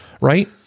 Right